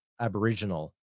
Aboriginal